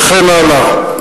וכן הלאה.